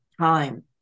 time